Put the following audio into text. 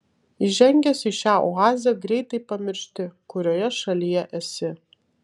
įžengęs į šią oazę greitai pamiršti kurioje šalyje esi